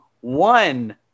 one